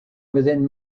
within